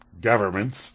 governments